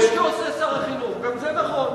עושה גם דברים טובים, זה נכון.